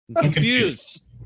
confused